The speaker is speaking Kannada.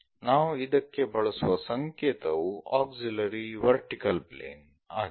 ನಾವು ಇದಕ್ಕೆ ಬಳಸುವ ಸಂಕೇತವು ಆಕ್ಸಿಲರಿ ವರ್ಟಿಕಲ್ ಪ್ಲೇನ್ ಆಗಿದೆ